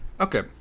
Okay